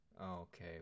Okay